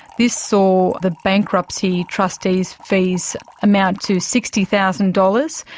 this saw the bankruptcy trustee's fees amount to sixty thousand dollars.